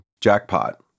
jackpot